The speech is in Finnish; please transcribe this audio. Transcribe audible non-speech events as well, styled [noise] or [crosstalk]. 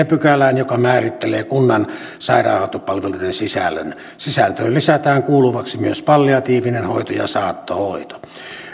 [unintelligible] pykälään joka määrittelee kunnan sairaanhoitopalveluiden sisällön sisältöön lisätään kuuluvaksi myös palliatiivinen hoito ja saattohoito